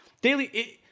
Daily